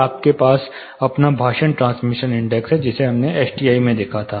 फिर हमारे पास अपना भाषण ट्रांसमिशन इंडेक्स है जिसे हमने एसटीआई में देखा